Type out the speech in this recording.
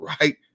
right